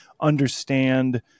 understand